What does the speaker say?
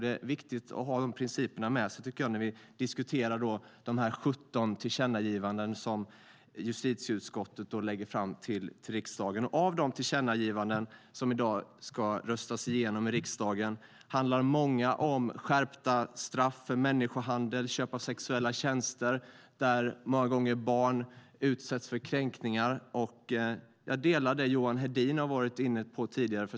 Det är viktigt att ha dessa principer med sig när vi behandlar de 17 tillkännagivanden som justitieutskottet lägger fram inför riksdagen. Många av dessa tillkännagivanden handlar om skärpta straff för människohandel och om köp av sexuella tjänster där barn många gånger utsätts för kränkningar. Jag instämmer i det som Johan Hedin från Centerpartiet var inne på tidigare.